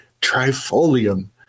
Trifolium